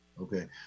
Okay